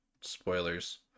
spoilers